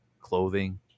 clothing